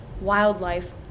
wildlife